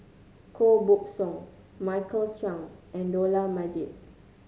Koh Buck Song Michael Chiang and Dollah Majid